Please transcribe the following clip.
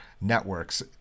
networks